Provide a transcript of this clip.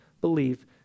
believe